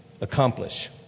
accomplish